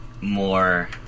more